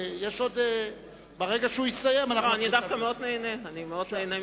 אני דווקא מאוד נהנה מחברתם.